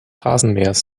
rasenmähers